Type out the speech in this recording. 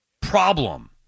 problem